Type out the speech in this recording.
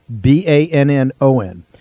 B-A-N-N-O-N